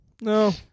No